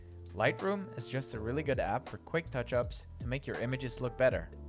lightroom is just a really good app for quick touch ups to make your images look better.